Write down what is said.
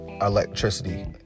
electricity